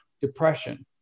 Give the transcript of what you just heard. depression